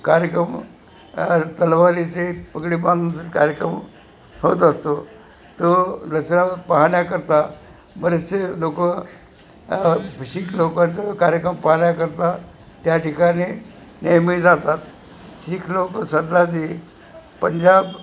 कार्यक्रम तलवारीचे पगडी बांधूनचे कार्यक्रम होत असतो तो दसऱ्याला पाहण्याकरता बरेचसे लोक शीख लोकांचा कार्यक्रम पाहण्याकरता त्या ठिकाणी नेहमी जातात शीख लोक सरदारजी पंजाब